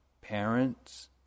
parents